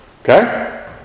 Okay